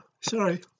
sorry